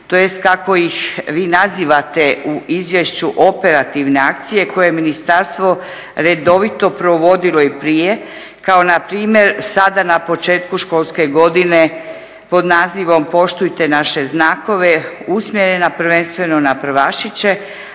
tj. kako ih vi nazivate u izvješću operativne akcije koje ministarstvo redovito provodilo i prije kao npr. sada na početku školske godine pod nazivom "Poštujte naše znakove" usmjerena prvenstveno na prvašiće,